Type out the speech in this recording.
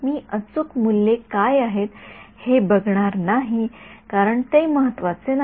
मी अचूक मूल्ये काय आहेत हे बघणार नाही कारण ते महत्वाचे नाही